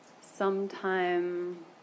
sometime